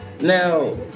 now